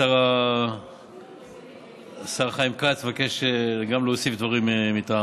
השר חיים כץ מבקש להוסיף דברים מטעמו.